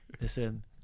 listen